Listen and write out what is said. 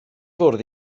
fwrdd